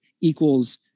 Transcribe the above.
equals